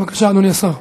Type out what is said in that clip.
בבקשה, אדוני השר.